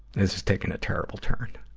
has has taken a terrible turn.